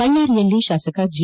ಬಳ್ಳಾರಿಯಲ್ಲಿ ಶಾಸಕ ಜಿ